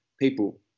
people